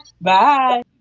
Bye